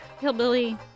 hillbilly